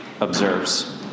observes